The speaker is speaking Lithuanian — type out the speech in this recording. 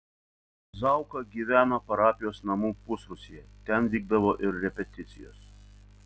zauka gyveno parapijos namų pusrūsyje ten vykdavo ir repeticijos